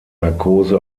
narkose